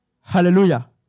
Hallelujah